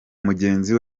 mugenzi